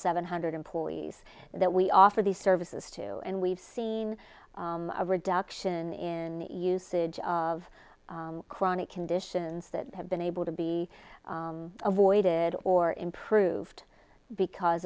seven hundred employees that we offer these services to and we've seen a reduction in usage of chronic conditions that have been able to be avoided or improved because